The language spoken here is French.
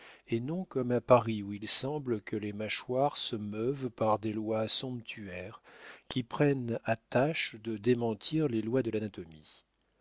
et non comme à paris où il semble que les mâchoires se meuvent par des lois somptuaires qui prennent à tâche de démentir les lois de l'anatomie